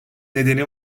nedeni